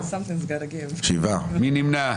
מי נמנע?